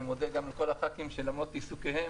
אני מודה גם לכל חברי הכנסת שלמרות עיסוקיהם,